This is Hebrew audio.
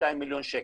מיליון שקל.